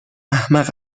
احمق